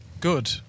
Good